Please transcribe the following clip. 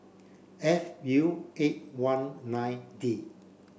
F U eight one nine D